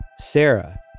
Sarah